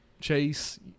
Chase –